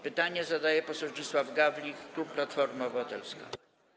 Pytanie zadaje poseł Zdzisław Gawlik, klub Platforma Obywatelska.